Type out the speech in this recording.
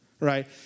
right